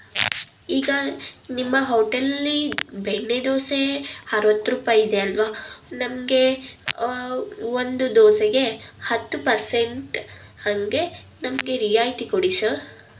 ಈಗ ನಿಮ್ಮ ಹೋಟೆಲಲ್ಲಿ ಬೆಣ್ಣೆ ದೋಸೆ ಅರವತ್ತು ರೂಪಾಯಿ ಇದೆ ಅಲ್ಲವಾ ನಮಗೆ ಒಂದು ದೋಸೆಗೆ ಹತ್ತು ಪರ್ಸೆಂಟ್ ಹಾಗೆ ನಮಗೆ ರಿಯಾಯಿತಿ ಕೊಡಿ ಸರ್